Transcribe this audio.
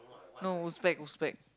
no Uzbek Uzbek